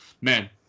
man